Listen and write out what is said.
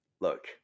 look